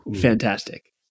fantastic